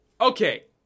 Okay